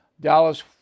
Dallas